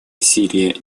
сирии